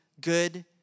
good